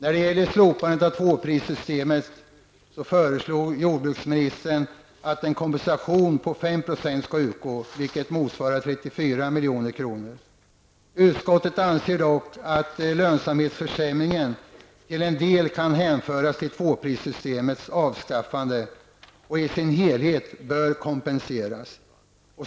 När det gäller slopandet av tvåprissystem föreslår jordbruksministern att en kompensation på 5 % Utskottet anser dock att lönsamhetsförsämringen till en del kan hänföras till tvåprissystemets avskaffande och i sin helhet bör kompenseras.